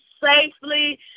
safely